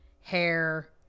Hair